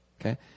Okay